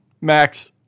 Max